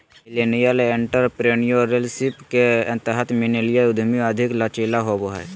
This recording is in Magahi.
मिलेनियल एंटरप्रेन्योरशिप के तहत मिलेनियल उधमी अधिक लचीला होबो हय